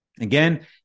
Again